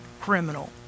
criminal